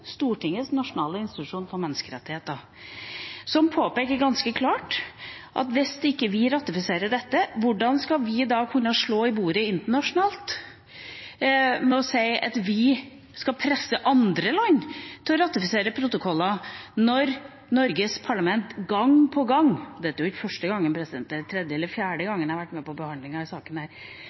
Stortingets nasjonale institusjon for menneskerettigheter. De påpeker ganske klart at hvis ikke vi ratifiserer dette, hvordan skal vi da kunne slå i bordet internasjonalt og si at vi skal presse andre land til å ratifisere protokoller, når Norges parlament gang på gang – dette er jo ikke første gangen, dette er tredje eller fjerde gangen jeg har vært med på behandling av denne saken her